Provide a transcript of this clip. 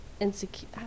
insecure